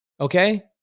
Okay